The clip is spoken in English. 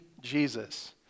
Jesus